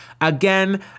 Again